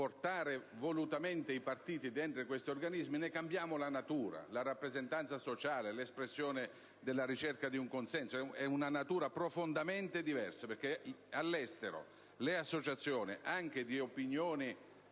deliberatamente i partiti dentro questi organismi si rischia di cambiarne la natura, la rappresentanza sociale e l'espressione della ricerca di un consenso. Questa natura è profondamente diversa, perché all'estero le associazioni, anche di opinioni